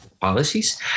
policies